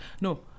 No